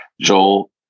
Joel